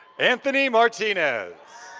anthony martinez.